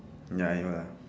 ya I know lah